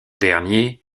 dernier